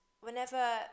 whenever